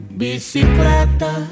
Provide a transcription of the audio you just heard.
bicicleta